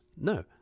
No